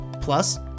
Plus